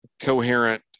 coherent